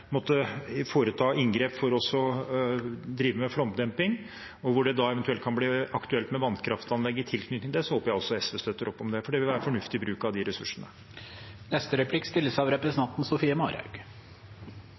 måtte foreta inngrep for å drive med flomdemping, og hvor det eventuelt kan bli aktuelt med vannkraftanlegg i tilknytning til det, håper jeg også SV støtter opp om det. Det vil være fornuftig bruk av de ressursene.